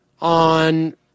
on